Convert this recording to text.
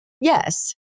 Yes